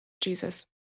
Jesus